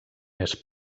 més